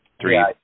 three